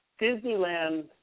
Disneyland